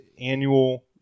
annual